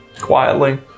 quietly